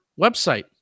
website